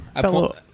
Fellow